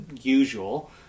usual